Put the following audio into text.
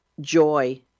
joy